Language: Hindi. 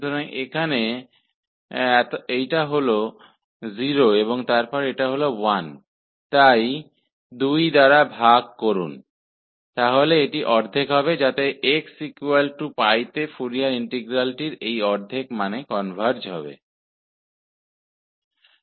तो यहां का मान 0 है और का मान 1 है इनको जोड़कर 2 से विभाजित करने पर इसका मान ½ आता है इसलिए xπ पर फोरियर इंटीग्रल कन्वर्ज होगा और इसका मान ½ होगा